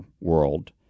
world